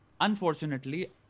Unfortunately